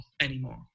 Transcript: anymore